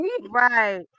Right